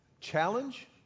challenge